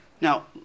Now